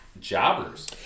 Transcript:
jobbers